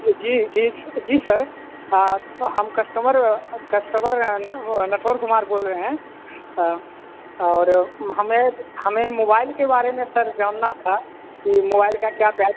जी जी जी सर तो हम कस्टमर कस्टमर है ना वह नथौर कुमार बोल रहे हैं और हमें हमें मोबाइल के बारे में सर जानना था कि मोबाइल का क्या बैच